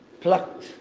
plucked